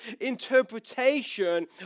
interpretation